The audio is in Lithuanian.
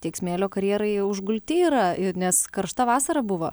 tiek smėlio karjerai jie užgulti yra i nes karšta vasara buvo